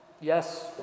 yes